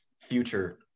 future